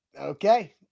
Okay